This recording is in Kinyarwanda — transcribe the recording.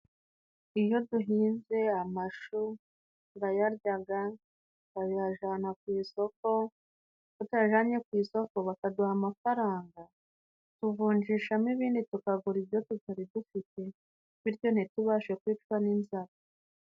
Iyo duhinze amashu turayaryaga, tukayajana ku isoko, iyo tuyajanye ku isoko bakaduha amafaranga tuvunjishamo ibindi tukagura ibyo tutari dufite, bityo ntitubashe kwicwa n'inzara.